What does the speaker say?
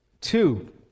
Two